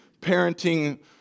parenting